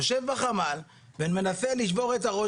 יושב בחמ"ל ומנסה לשבור את הראש,